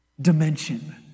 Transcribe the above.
dimension